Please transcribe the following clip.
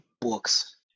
books